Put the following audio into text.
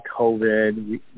COVID